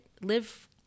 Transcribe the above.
live